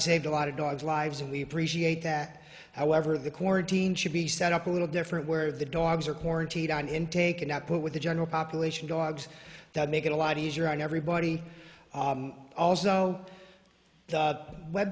saved a lot of dogs lives and we appreciate that however the quarantine should be set up a little different where the dogs are quarantined on intake and output with the general population dogs that make it a lot easier on everybody also the web